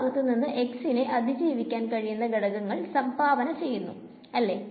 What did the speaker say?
ഈ ഭാഗത്തുനിന്ന് x നെ അതിജീവിക്കാൻ കഴിയുന്ന ഘടകങ്ങൾ സംഭാവന ചെയുന്നു അല്ലേ